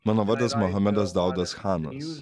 mano vardas muhamedas daudas chanas